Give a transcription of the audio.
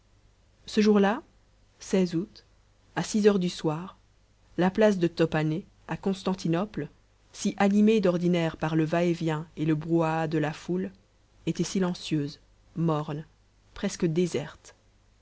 ce jour-là août à six heures du soir la place de top hané à constantinople si animée d'ordinaire par le va-et-vient et le brouhaha de la foule était silencieuse morne presque déserte